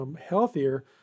healthier